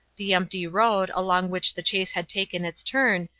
the empty road, along which the chase had taken its turn,